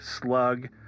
Slug